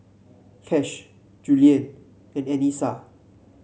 Kash Juliann and Anissa